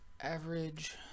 average